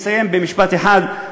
אני אסיים במשפט אחד.